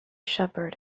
shepherd